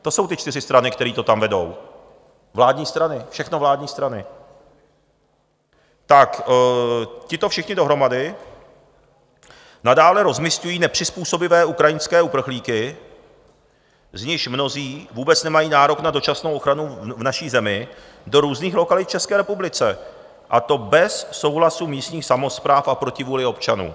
To jsou ty čtyři strany, které to tam vedou, vládní strany, všechno vládní strany, tak tito všichni dohromady nadále rozmisťují nepřizpůsobivé ukrajinské uprchlíky, z nichž mnozí vůbec nemají nárok na dočasnou ochranu v naší zemi, do různých lokalit v České republice, a to bez souhlasu místních samospráv a proti vůli občanů.